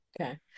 Okay